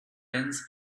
dense